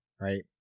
Right